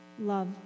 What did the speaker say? Love